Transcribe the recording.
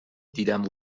دیدن